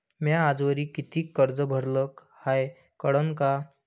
म्या आजवरी कितीक कर्ज भरलं हाय कळन का?